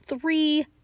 Three